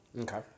Okay